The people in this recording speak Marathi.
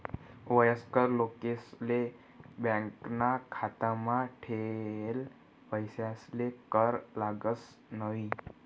वयस्कर लोकेसले बॅकाना खातामा ठेयेल पैसासले कर लागस न्हयी